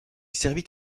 servit